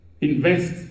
Invest